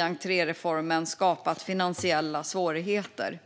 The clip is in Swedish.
entré-reformen har skapat finansiella svårigheter för vissa museer.